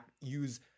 use